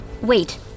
Wait